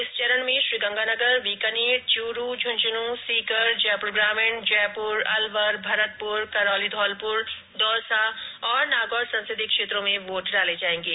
इस चरण में गंगानगर बीकानेर चूरू झुंझुंन सीकर जयपुर ग्रामीण जयपुर अलवर भरतपुर करौली धौलपुर दौसा तथा नागौर संसदीय क्षेत्रों में वोट डाले जाएगे